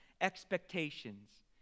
expectations